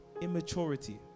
Immaturity